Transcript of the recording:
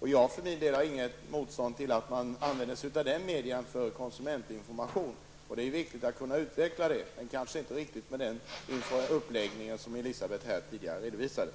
Jag för min del har inte någonting emot att man använder sig av medierna för konsumentinformation. Det är viktigt att detta kan utvecklas men kanske inte riktigt med just sådan uppläggning som Elisabet Franzén tidigare redovisade.